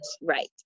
Right